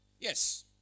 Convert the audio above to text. Yes